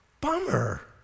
Bummer